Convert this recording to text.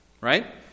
Right